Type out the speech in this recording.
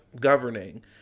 governing